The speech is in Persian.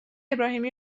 ابراهیمی